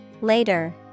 Later